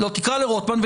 אדוני היושב-ראש,